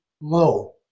low